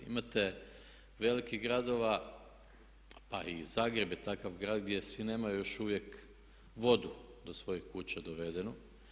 Imate velikih gradova, pa i Zagreb je takav grad gdje svi nemaju još uvijek vodu do svojih kuća dovedenu.